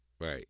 Right